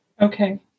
Okay